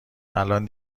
الان